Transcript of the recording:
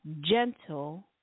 gentle